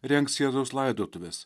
rengs jėzaus laidotuves